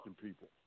people